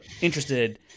interested